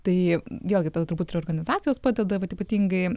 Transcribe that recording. tai vėlgi tada turbūt ir organizacijos padeda vat ypatingai